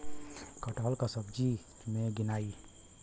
कटहल त सब्जी मे गिनाई